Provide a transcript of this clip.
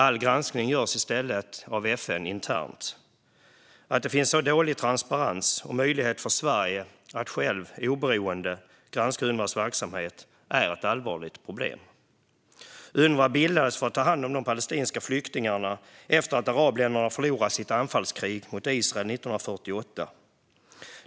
All granskning görs i stället internt av FN. Att det finns så dålig transparens och möjlighet för Sverige att själv oberoende granska Unrwas verksamhet är ett allvarligt problem. Unrwa bildades för att ta hand om de palestinska flyktingarna efter att arabländerna förlorade sitt anfallskrig mot Israel 1948.